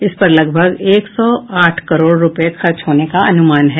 इस पर लगभग एक सौ आठ करोड़ रूपये खर्च होने का अनुमान है